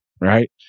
Right